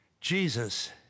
Jesus